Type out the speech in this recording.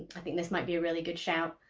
i think this might be a really good shout.